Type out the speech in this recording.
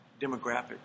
demographic